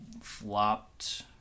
flopped